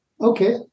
Okay